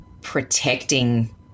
protecting